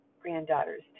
granddaughters